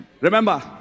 Remember